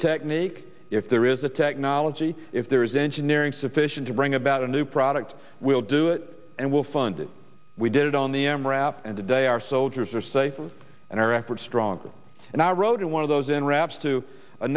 technique if there is a technology if there is engineering sufficient to bring about a new product we'll do it and will fund it we did it on the m raf and today our soldiers are safer and our efforts stronger and i rode one of those in wraps to